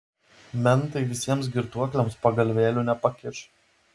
mentai visiems girtuokliams pagalvėlių nepakiš